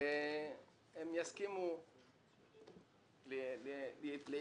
הם יסכימו ליישר קו.